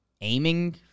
aiming